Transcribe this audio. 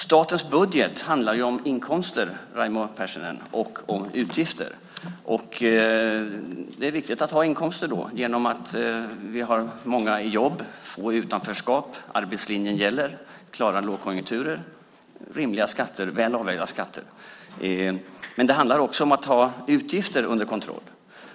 Statens budget handlar om inkomster, Raimo Pärssinen, och om utgifter. Det är viktigt att ha inkomster då, genom att vi har många i jobb och få i utanförskap, genom att arbetslinjen gäller, genom att klara lågkonjunkturen och genom rimliga och väl avvägda skatter. Men det handlar också om att ha utgifter under kontroll.